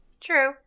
True